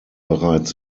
bereits